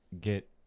get